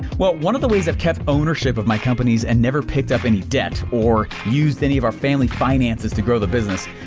well, one of the ways i've kept ownership of my companies and never picked up any debt or used any of our family finances to grow the business,